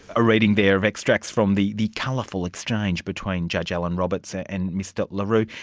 a reading there of extracts from the the colourful exchange between judge allen roberts and mr la rue.